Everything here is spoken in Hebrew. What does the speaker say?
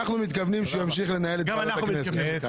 אנחנו מתכוונים שהוא ימשיך לנהל את ועדת הכנסת.